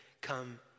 come